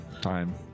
time